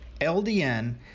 ldn